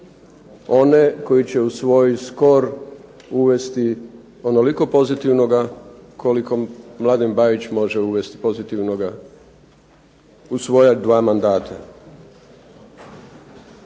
one koji će u svoj skor uvesti onoliko pozitivnoga koliko Mladen Bajić može uvesti pozitivnoga u svoja dva mandata.